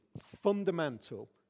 fundamental